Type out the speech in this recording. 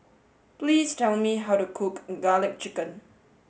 please tell me how to cook garlic chicken